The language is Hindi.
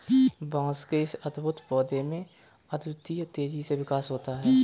बांस के इस अद्भुत पौधे में अद्वितीय तेजी से विकास होता है